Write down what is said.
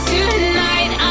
Tonight